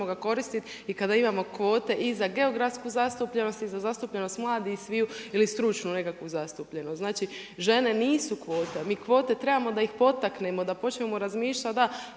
ga koristiti i kada imamo kvote i za geografsku zastupljenost i za zastupljenost mladi i sviju ili stručnu nekakvu zastupljenost. Znači žene nisu kvote a mi kvote trebamo da ih potaknemo, da počnemo razmišljati da,